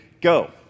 go